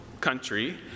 country